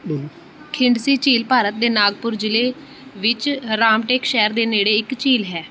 ਬੋਲੋ ਖਿੰਡਸੀ ਝੀਲ ਭਾਰਤ ਦੇ ਨਾਗਪੁਰ ਜ਼ਿਲ੍ਹੇ ਵਿੱਚ ਰਾਮਟੇਕ ਸ਼ਹਿਰ ਦੇ ਨੇੜੇ ਇੱਕ ਝੀਲ ਹੈ